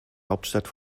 hauptstadt